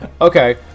Okay